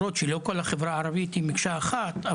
למרות שלא כל החברה הערבית היא מקשה אחת,